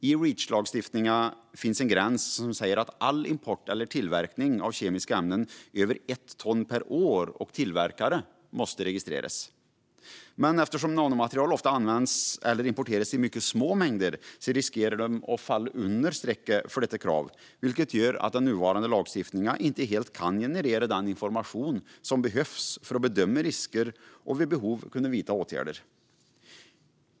I Reachlagstiftningen finns en gräns som säger att all import eller tillverkning av kemiska ämnen över 1 ton per år och tillverkare måste registreras. Men eftersom nanomaterial ofta används eller importeras i mycket små mängder riskerar de att hamna under strecket för detta krav. Det innebär att den nuvarande lagstiftningen inte helt kan generera den information som behövs för att bedöma risker och vid behov vidta åtgärder.